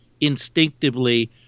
instinctively